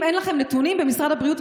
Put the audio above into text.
אם אין לכם נתונים במשרד הבריאות,